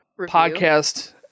podcast